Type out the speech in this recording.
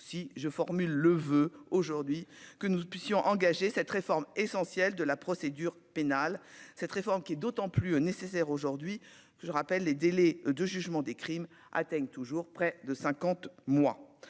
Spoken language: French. je formule le voeu aujourd'hui que nous puissions engager cette réforme essentielle de la procédure pénale, cette réforme, qui est d'autant plus nécessaire aujourd'hui, je rappelle les délais de jugement des crimes atteignent toujours près de 50, moi